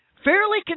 fairly